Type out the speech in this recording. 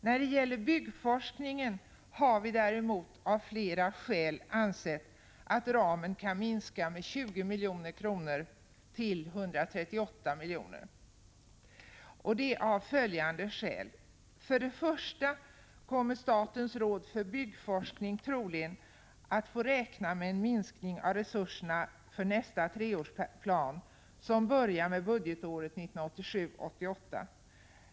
När det gäller byggforskningen har vi däremot av flera skäl ansett att ramen kan minskas med 20 milj.kr. till 138 milj.kr. 1. Statens råd för byggforskning kommer troligen att få räkna med minskade resurser för nästa treårsplan, som börjar budgetåret 1987/88.